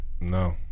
No